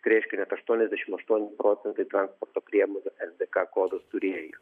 tai reiškia net aštuoniasdešimt aštuoni procentai transporto priemonių es dė ka kodus turėjo